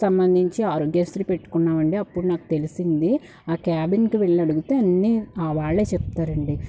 సంబంధించి ఆరోగ్యశ్రీ పెట్టుకున్నామండి అప్పుడు నాకు తెలిసింది ఆ క్యాబిన్కి వెళ్లి అడిగితే అన్నీ వాళ్ళే చెప్తారండీ